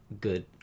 good